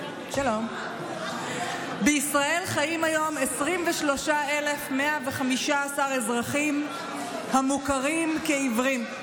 בישראל חיים היום 23,115 אזרחים המוכרים כעיוורים,